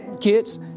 kids